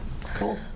Cool